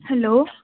hello